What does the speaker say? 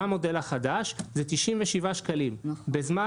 במודל החדש זה 97 שקלים לחודש.